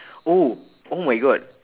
oh oh my god